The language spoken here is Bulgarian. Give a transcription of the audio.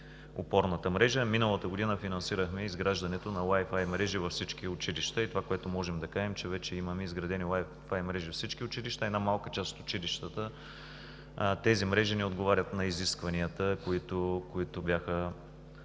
опорната мрежа. Миналата година финансирахме изграждането на Wi-Fi мрежи във всички училища. Това, което можем да кажем, е, че вече имаме изградени Wi-Fi мрежи във всички училища. В една малка част от училищата тези мрежи не отговарят на изискванията, които бяха